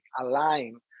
align